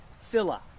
Silla